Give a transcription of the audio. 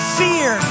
fear